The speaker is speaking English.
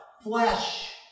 Flesh